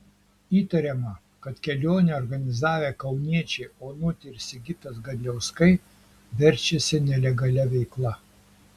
įtariama kad kelionę organizavę kauniečiai onutė ir sigitas gadliauskai verčiasi nelegalia veikla